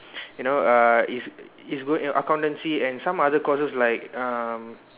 you know uh is is good you know accountancy and some other courses like um